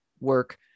work